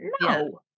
No